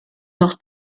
noch